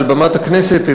מעל במת הכנסת,